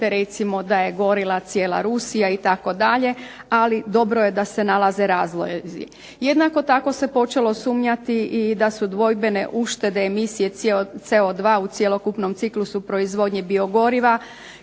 recimo da je gorila cijela Rusija itd., ali dobro da se nalaze razlozi. Jednako tako se počelo sumnjati i da su dvojbene uštede emisije CO2 u cjelokupnom ciklusu proizvodnje biogoriva